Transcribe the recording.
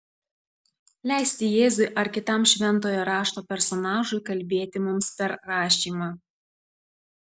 leisti jėzui ar kitam šventojo rašto personažui kalbėti mums per rašymą